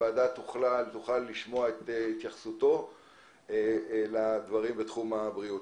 הוועדה תשמע את התייחסותו לדברים בתחום הבריאות.